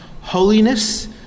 holiness